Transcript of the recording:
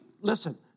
listen